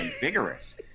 Vigorous